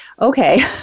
Okay